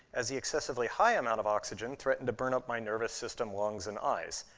as the excessively high amount of oxygen threatened to burn up my nervous system, lungs, and eyes.